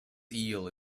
eel